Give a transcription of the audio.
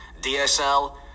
DSL